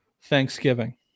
Thanksgiving